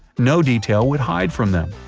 no detail would hide from them.